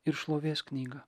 ir šlovės knygą